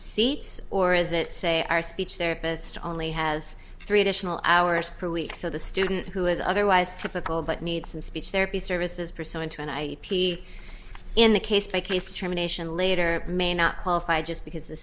seats or is it say our speech therapist only has three additional hours per week so the student who is otherwise typical that needs and speech therapy services pursuant to an i p in the case by case terminations later it may not qualify just because the